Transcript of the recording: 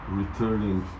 returning